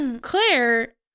Claire